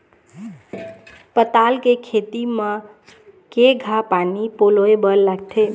पताल के खेती म केघा पानी पलोए बर लागथे?